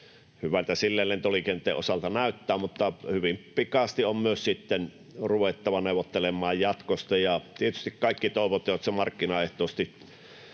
Hyvältä silleen lentoliikenteen osalta näyttää, mutta hyvin pikaisesti on myös sitten ruvettava neuvottelemaan jatkosta. Tietysti kaikki toivovat, että se markkinaehtoisesti